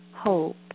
Hope